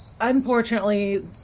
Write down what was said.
unfortunately